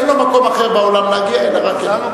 אין לו מקום אחר בעולם להגיע אליו אלא רק הנה.